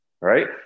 right